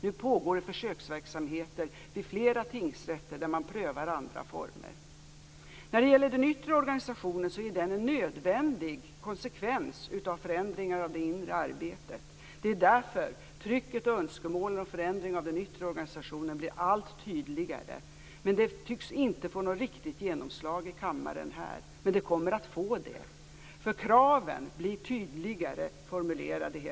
Nu pågår försöksverksamheter vid flera tingsrätter, där man prövar andra former. Den yttre organisationen är en nödvändig konsekvens av förändringar av det inre arbetet. Det är därför trycket på och önskemålen om förändring av den yttre organisationen blir allt tydligare. Det tycks inte få något riktigt genomslag här i kammaren, men det kommer att få det därför att kraven blir hela tiden tydligare formulerade.